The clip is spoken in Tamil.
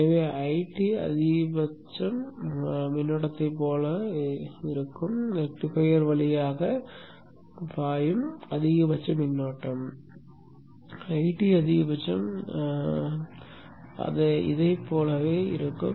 எனவே ஐடி அதிகபட்சம் மின்னோட்டத்தைப் போலவே இருக்கும் ரெக்டிஃபையர் வழியாக பாயும் அதிகபட்ச மின்னோட்டம் ஐடி அதிகபட்சம் இதைப் போலவே இருக்கும்